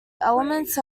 elements